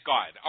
God